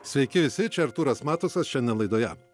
sveiki visi čia artūras matusas šiandien laidoje